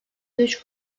göç